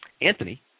Anthony